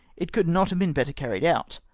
it could not have been better carried out.